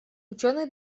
ученые